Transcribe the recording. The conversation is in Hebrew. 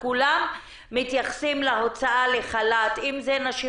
כולם מתייחסים להוצאה לחל"ת אם זה נשים